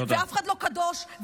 ואף אחד לא קדוש,